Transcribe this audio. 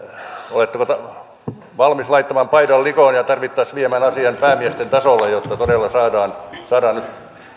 oletteko valmis laittamaan paidan likoon ja tarvittaessa viemään asian päämiesten tasolle jotta todella saadaan nyt